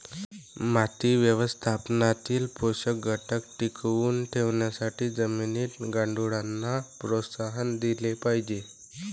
माती व्यवस्थापनातील पोषक घटक टिकवून ठेवण्यासाठी जमिनीत गांडुळांना प्रोत्साहन दिले पाहिजे